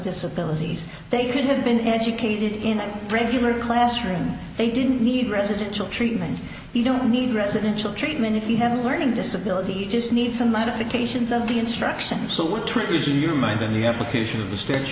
disabilities they could have been educated in regular classroom they didn't need residential treatment you don't need residential treatment if you have a learning disability you just need some modifications of the instruction so we're trying to see your mind in the application of the str